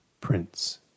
Prince